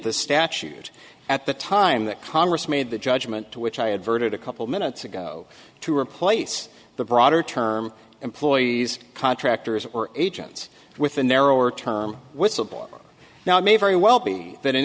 the statute at the time that congress made the judgment to which i adverted a couple minutes ago to replace the broader term employees contractors or agents with a narrower term whistleblower now it may very well be that an